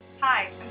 Hi